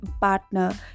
partner